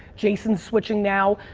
jason's switching now.